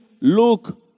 look